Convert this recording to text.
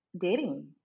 dating